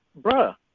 bruh